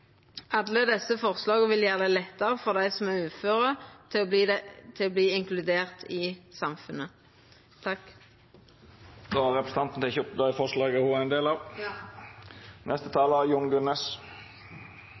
desse forslaga vil gjera det lettare for dei som er uføre, å verta inkluderte i samfunnet. Eg tek opp SVs forslag i innstillinga. Då har representanten Solfrid Lerbrekk teke opp